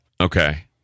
Okay